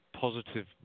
positive